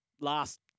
last